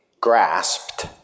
grasped